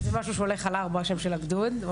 השם של הגדוד זה